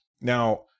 Now